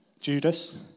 Judas